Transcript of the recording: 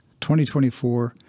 2024